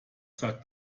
sagt